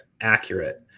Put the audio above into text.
accurate